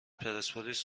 پرسپولیس